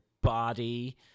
body